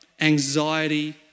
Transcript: anxiety